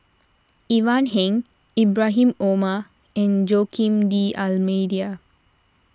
Ivan Heng Ibrahim Omar and Joaquim D'Almeida